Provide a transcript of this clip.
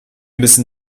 müssen